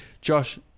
Josh